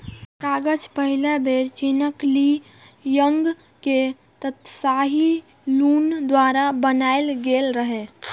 कागज पहिल बेर चीनक ली यांग मे त्साई लुन द्वारा बनाएल गेल रहै